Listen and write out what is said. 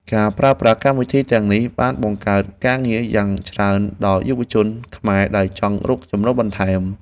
ការប្រើប្រាស់កម្មវិធីទាំងនេះបានបង្កើតការងារយ៉ាងច្រើនដល់យុវជនខ្មែរដែលចង់រកចំណូលបន្ថែម។